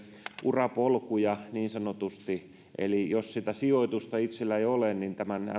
urapolkuja niin sanotusti eli jos sitä sijoitusta itsellä ei ole niin tämän